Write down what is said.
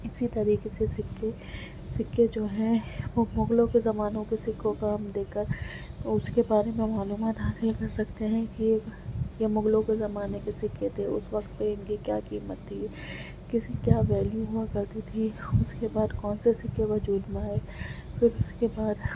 اسی طریقے سے سکے سکے جو ہیں وہ مغلوں کے زمانوں کے سکوں کا ہم دے کر اس کے بارے میں ہم معلومات حاصل کر سکتے ہیں کہ یہ مغلوں کے زمانے کے سکے تھے اس وقت پہ ان کی کیا قیمت تھی کس کیا ویلو ہوا کرتی تھی اس کے بعد کون سے سکے وجود میں آئے پھر اس کے بعد